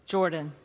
Jordan